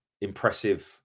impressive